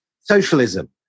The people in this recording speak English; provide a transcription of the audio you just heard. Socialism